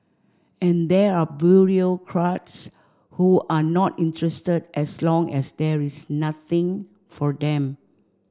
and there are bureaucrats who are not interested as long as there is nothing for them